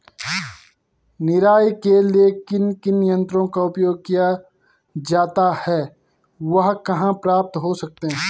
निराई के लिए किन किन यंत्रों का उपयोग किया जाता है वह कहाँ प्राप्त हो सकते हैं?